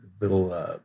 little